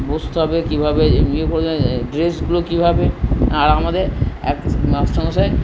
বসতে হবে কীভাবে ইয়ে বলে ড্রেসগুলো কীভাবে আর আমাদের এক মাস্টারমশাই